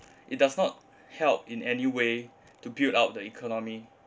it does not help in any way to build up the economy